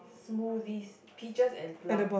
smoothies peaches and plum